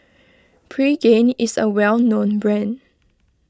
Pregain is a well known brand